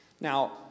Now